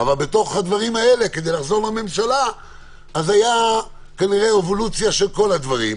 אבל בתוך הדברים האלה הייתה כנראה אבולוציה של כל הדברים.